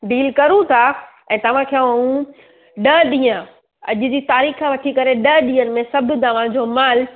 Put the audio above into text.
dill करू था ऐं तव्हांखे ऐं ॾह ॾींहुं अॼु जी तारीख़ वठी करे ॾह ॾींहनि में सभु तव्हांजो माल